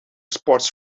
sports